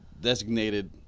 designated